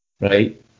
right